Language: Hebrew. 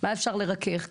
מה אפשר לרכך.